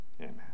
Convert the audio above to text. amen